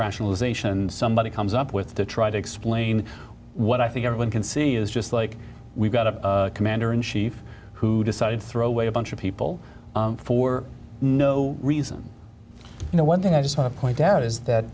rationalization and somebody comes up with to try to explain what i think everyone can see is just like we've got a commander in chief who decided to throw away a bunch of people for no reason you know one thing i just want to point out is